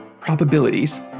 probabilities